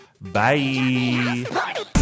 Bye